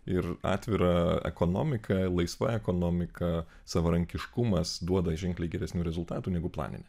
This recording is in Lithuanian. ir atvira ekonomika laisva ekonomika savarankiškumas duoda ženkliai geresnių rezultatų negu planinė